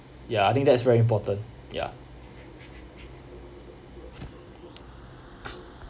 ya I think that's very important ya